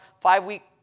five-week